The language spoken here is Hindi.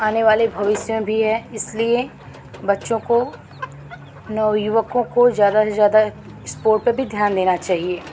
आने वाले भविष्य में भी है इसलिए बच्चों को नवयुवकों को ज्यादा से ज्यादा स्पोर्ट पर भी ध्यान देना चाहिए